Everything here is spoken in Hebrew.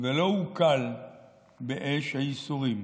ולא אוכל באש הייסורים.